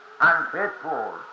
unfaithful